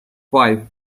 five